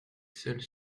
seuls